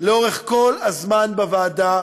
לאורך כל הזמן בוועדה